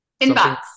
Inbox